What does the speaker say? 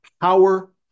power